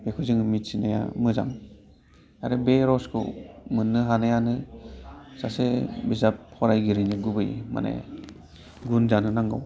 बेखौ जों मिथिनाया मोजां आरो बे रसखौ मोननो हानायानो सासे बिजाब फरायग्रानि गुबै माने गुन जानो नांगौ